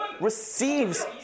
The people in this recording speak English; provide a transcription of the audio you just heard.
receives